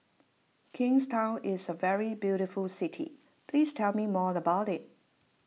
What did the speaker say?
Kingstown is a very beautiful city please tell me more about it